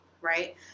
right